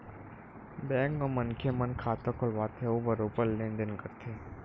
bank म मनखे मन खाता खोलवाथे अउ बरोबर लेन देन करथे